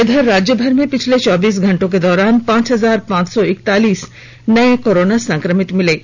इधर राज्यभर में पिछले चौबीस घंटे के दौरान पांच हजार पांच सौ इकतालीस नए कोरोना संक्रमित मिले हैं